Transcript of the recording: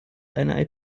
eine